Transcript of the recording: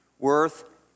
worth